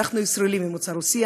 אנחנו ישראלים ממוצא רוסי,